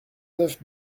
neuf